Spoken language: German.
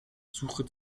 suche